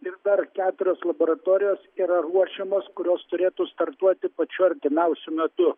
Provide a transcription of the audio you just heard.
ir dar keturios laboratorijos yra ruošiamos kurios turėtų startuoti pačiu artimiausiu metu